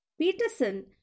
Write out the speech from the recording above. Peterson